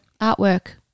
artwork